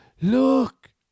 Look